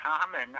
common